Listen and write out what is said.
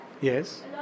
Yes